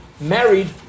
married